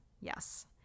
Yes